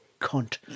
cunt